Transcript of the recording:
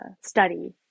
study